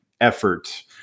effort